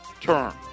term